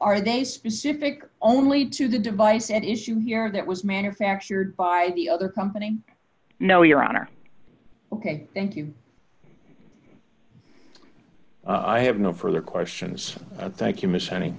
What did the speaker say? are they specific only to the device at issue here that was manufactured by the other company no your honor ok thank you i have no further questions thank you miss an